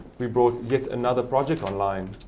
we brought yet another project on line.